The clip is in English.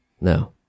no